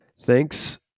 Thanks